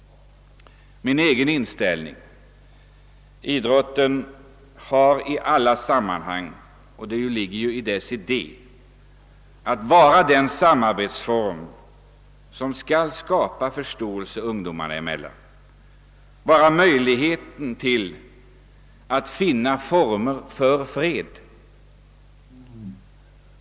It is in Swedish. Min egen inställning är följande. Idrotten skall i alla sammanhang —— det ligger ju i dess idé — vara den samarbetsform som skall skapa förståelse ungdomarna emellan, att vara möjligheten till att finna former för fred.